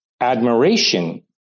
Admiration